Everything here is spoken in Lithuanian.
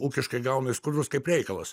ūkiškai gauna į skudurus kaip reikalas